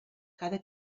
cada